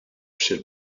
sir